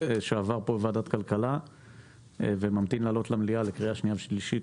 שעבר בוועדת הכלכלה וממתין לעלות למליאה לקריאה שנייה ושלישית.